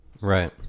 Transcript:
right